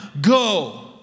go